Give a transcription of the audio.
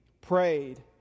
prayed